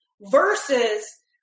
versus